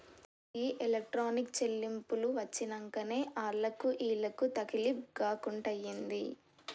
గీ electronic చెల్లింపులు వచ్చినంకనే ఆళ్లకు ఈళ్లకు తకిలీబ్ గాకుంటయింది